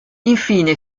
infine